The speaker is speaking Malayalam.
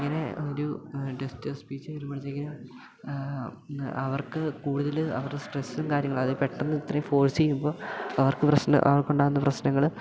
ഇങ്ങനെ ഒരു ടെസ്റ്റുസ്പ്പീച്ച് വരുമ്പോഴത്തേക്കിനും അവർക്ക് കൂടുതൽ അവരുടെ സ്ട്രെസ്സും കാര്യങ്ങളും അത് പെട്ടെന്ന് ഇത്രയും ഫോഴ്സ് ചെയ്യുമ്പോൾ അവർക്ക് പ്രശ്നം അവർക്കുണ്ടാകുന്ന പ്രശ്നങ്ങൾ